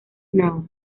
now